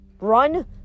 Run